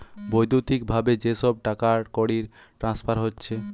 বৈদ্যুতিক ভাবে যে সব টাকাকড়ির ট্রান্সফার হচ্ছে